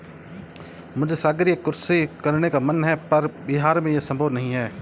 मुझे सागरीय कृषि करने का मन है पर बिहार में ये संभव नहीं है